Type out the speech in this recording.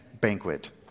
banquet